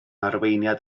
arweiniad